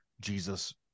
Jesus